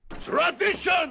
Tradition